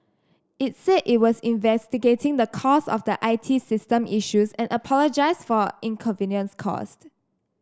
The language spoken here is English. it said it was investigating the cause of the I T system issues and apologised for inconvenience caused